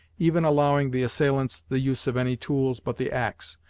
even allowing the assailants the use of any tools but the axe,